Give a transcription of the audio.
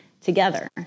together